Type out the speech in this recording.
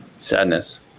Sadness